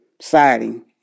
siding